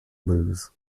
lose